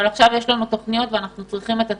עכשיו יש תוכניות ואנחנו צריכים את התקציב.